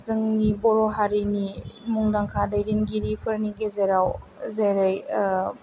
जोंनि बर' हारिनि मुंदांखा दैदेनगिरिफोरनि गेजेराव जेरै